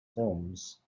films